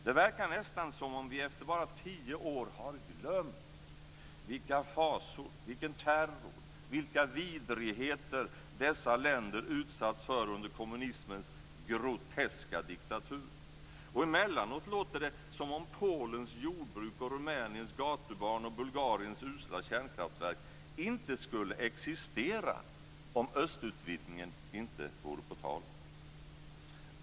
Det verkar nästan som om vi efter bara tio år har glömt vilka fasor, vilken terror, vilka vidrigheter dessa länder utsatts för under kommunismens groteska diktatur. Och emellanåt låter det som om Polens jordbruk, Rumäniens gatubarn och Bulgariens usla kärnkraftverk inte skulle existera om östutvidgningen inte vore på tal.